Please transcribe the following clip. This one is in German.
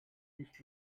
nicht